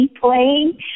playing